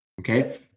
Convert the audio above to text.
Okay